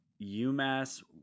umass